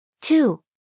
Two